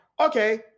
okay